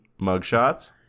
Mugshots